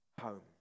home